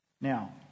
Now